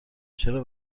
چرا